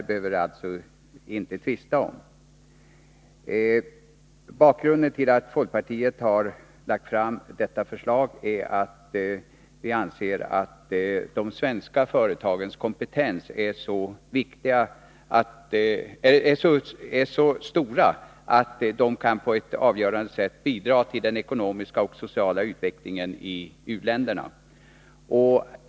Det behöver vi alltså inte tvista om. Bakgrunden till att folkpartiet har lagt fram sitt förslag är att vi anser att de svenska företagens kompetens är så stor att de på ett avgörande sätt kan bidra till den ekonomiska och sociala utvecklingen i u-länderna.